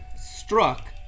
struck